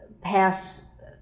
pass